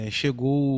chegou